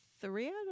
three